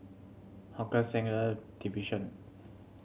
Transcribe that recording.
Hawker Centre Division